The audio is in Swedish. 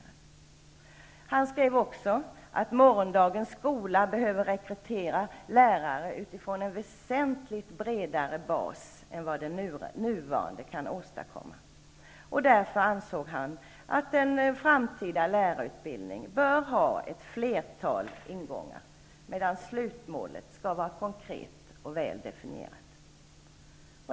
Bengt Göransson skriver också i artikeln att morgondagens skola behöver rekrytera lärare utifrån en väsentligt bredare bas än vad den nuvarande kan åstadkomma, och han anser därför att en framtida lärarutbildning bör ha ett flertal ingångar medan slutmålet skall vara konkret och väl definierat.